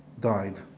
died